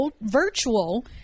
virtual